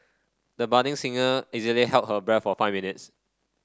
the budding singer easily held her breath for five minutes